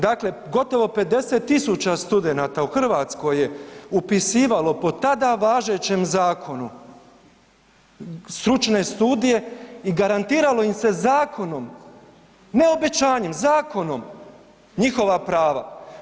Dakle, gotovo 50 tisuća studenata u Hrvatskoj je upisivalo po tada važećem zakonu stručne studije i garantiralo im se zakonom, ne obećanjem, zakonom, njihova prava.